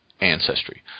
ancestry